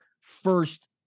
first